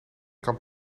kan